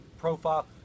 profile